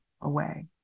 away